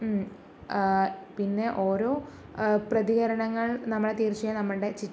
മ് പിന്നെ ഓരോ പ്രതികരണങ്ങൾ നമ്മുടെ തീർച്ചയായും നമ്മളുടെ